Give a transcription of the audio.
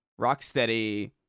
Rocksteady